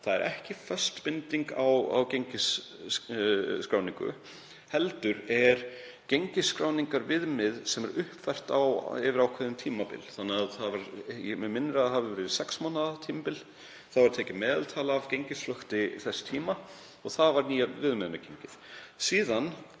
Það er ekki föst binding á gengisskráningu heldur er gengisskráningarviðmið sem er uppfært yfir ákveðin tímabil. Mig minnir að það hafi verið sex mánaða tímabil. Þá var tekið meðaltal af gengisflökti þess tíma og það var nýja viðmiðunargengið.